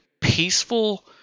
peaceful